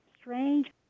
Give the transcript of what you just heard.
strange